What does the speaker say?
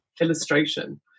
illustration